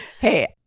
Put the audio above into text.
Hey